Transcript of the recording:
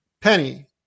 Penny